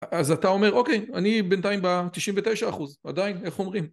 אז אתה אומר אוקיי אני בינתיים ב תשעים ותשע אחוז עדיין איך אומרים